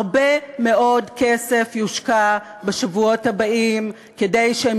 הרבה מאוד כסף יושקע בשבועות הבאים כדי שהם